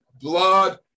blood